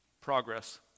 progress